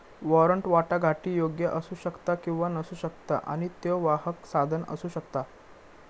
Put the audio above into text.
warrant वाटाघाटीयोग्य असू शकता किंवा नसू शकता आणि त्यो वाहक साधन असू शकता